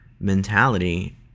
mentality